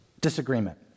Disagreement